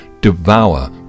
devour